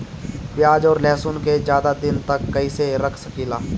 प्याज और लहसुन के ज्यादा दिन तक कइसे रख सकिले?